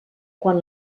quan